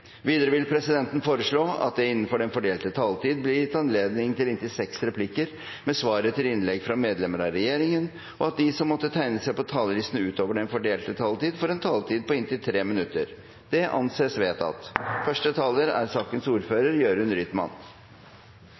Videre vil presidenten foreslå at det blir gitt anledning til replikkordskifte på inntil seks replikker med svar etter innlegg fra medlem av regjeringen innenfor den fordelte taletid, og at de som måtte tegne seg på talerlisten utover den fordelte taletid, får en taletid på inntil 3 minutter. – Det anses vedtatt.